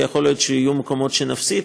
ויכול להיות שיהיו מקומות שנפסיד,